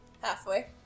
Halfway